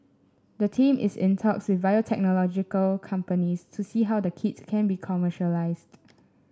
the team is in talks with biotechnological companies to see how the kits can be commercialised